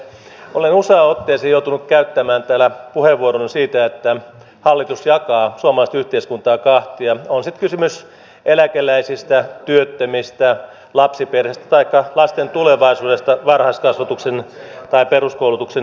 olen useaan otteeseen joutunut käyttämään täällä puheenvuoron siitä että hallitus jakaa suomalaista yhteiskuntaa kahtia on sitten kysymys eläkeläisistä työttömistä lapsiperheistä taikka lasten tulevaisuudesta varhaiskasvatuksen tai peruskoulutuksen näkökulmasta